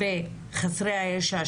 דאגתי למשברי חיים,